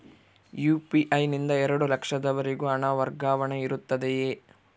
UPI ನಿಂದ ಎರಡು ಲಕ್ಷದವರೆಗೂ ಹಣ ವರ್ಗಾವಣೆ ಇರುತ್ತದೆಯೇ?